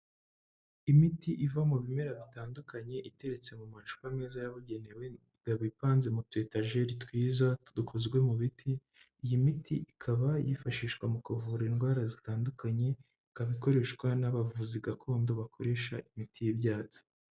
Imiti iva mu bimera bitandukanye iteretse mu macupa meza yabugenewe ikaba ipanze mu tu etajeri twiza dukozwe mu biti, iyi miti ikaba yifashishwa mu kuvura indwara zitandukanye ikaba ikoreshwa n'abavuzi gakondo bakoresha imiti y'ibyatsi.